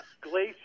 Glacier